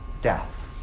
death